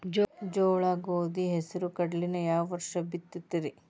ಜೋಳ, ಗೋಧಿ, ಹೆಸರು, ಕಡ್ಲಿನ ಯಾವ ವರ್ಷ ಬಿತ್ತತಿರಿ?